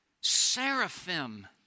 seraphim